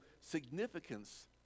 significance